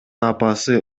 апасы